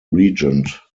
regent